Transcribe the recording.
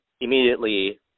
immediately